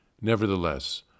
nevertheless